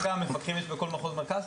אתה יודע כמה מפקחים יש בכל מחוז מרכז?